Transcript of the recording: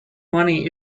money